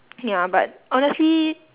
ya but honestly